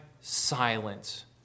silence